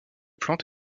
plante